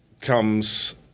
comes